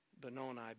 Benoni